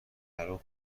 الان